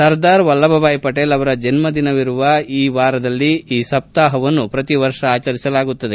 ಸರ್ದಾರ್ ವಲ್ಲಬ್ದಾಯ್ ಪಟೇಲ್ ಅವರ ಜನ್ನದಿನವಿರುವ ವಾರದಲ್ಲಿ ಈ ಸಪ್ತಾಹವನ್ನ ಪ್ರತಿವರ್ಷ ಆಚರಿಸಲಾಗುತ್ತದೆ